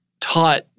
taught